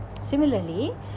Similarly